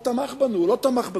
הוא תמך בנו, הוא לא תמך בנו.